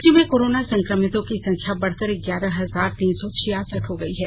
राज्य में कोरोना संक्रमितों की संख्या बढकर ग्यारह हजार तीन सौ छियासठ हो गई है